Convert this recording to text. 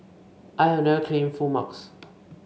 I have never claimed full marks